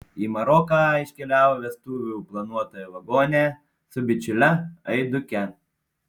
į maroką iškeliavo vestuvių planuotoja vagonė su bičiule aiduke